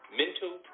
mental